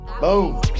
boom